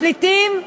הפליטים,